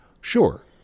Sure